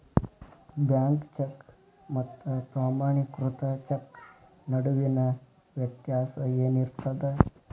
Bank cheque ಮತ್ತ ಪ್ರಮಾಣೇಕೃತ cheque ನಡುವಿನ್ ವ್ಯತ್ಯಾಸ ಏನಿರ್ತದ?